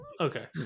Okay